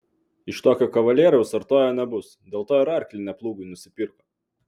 iš tokio kavalieriaus artojo nebus dėl to ir arklį ne plūgui nusipirko